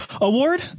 Award